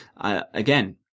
again